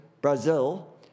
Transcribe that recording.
Brazil